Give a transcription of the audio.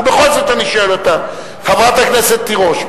ובכל זאת אני שואל אותה: חברת הכנסת תירוש,